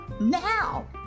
Now